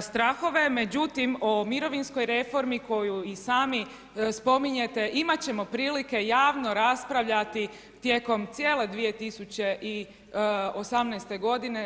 strahove međutim o mirovinskoj reformi koju i sami spominjete imati ćemo prilike javno raspravljati tijekom cijele 2018. godine.